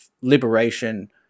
liberation